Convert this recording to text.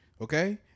Okay